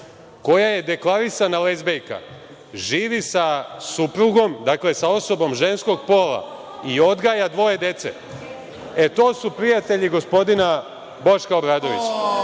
koja je deklarisana lezbejka, živi sa suprugom, dakle sa osobom ženskog pola i odgaja dvoje dece. E, to su prijatelji gospodina Boška Obradovića.